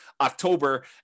October